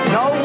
no